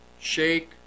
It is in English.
shake